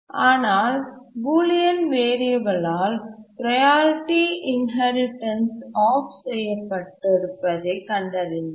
ஆனால் Boolean variable all priority inheritance off செய்யப்பட்டிருப்பதை கண்டறிந்தனர்